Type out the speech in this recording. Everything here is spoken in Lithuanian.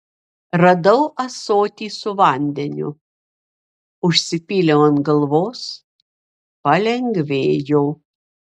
radau ąsotį su vandeniu užsipyliau ant galvos palengvėjo